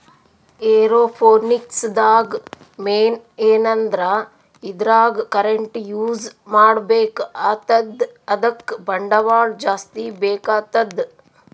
aeroponics ದಾಗ್ main ಏನಂದ್ರ ಇದ್ರಾಗ್ ಕರೆಂಟ್ ಯೂಸ್ ಮಾಡ್ಬೇಕ್ ಆತದ್ ಅದಕ್ಕ್ ಬಂಡವಾಳ್ ಜಾಸ್ತಿ ಬೇಕಾತದ್